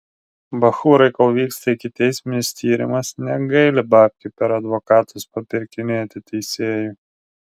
bachūrai kol vyksta ikiteisminis tyrimas negaili babkių per advokatus papirkinėti teisėjų